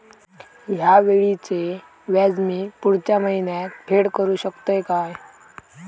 हया वेळीचे व्याज मी पुढच्या महिन्यात फेड करू शकतय काय?